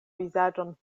vizaĝon